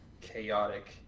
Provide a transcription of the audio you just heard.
chaotic